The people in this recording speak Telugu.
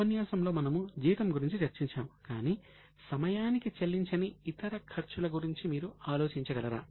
గత ఉపన్యాసంలో మనము జీతం గురించి చర్చించాము కాని సమయానికి చెల్లించని ఇతర ఖర్చుల గురించి మీరు ఆలోచించగలరా